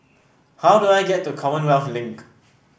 how do I get to Commonwealth Link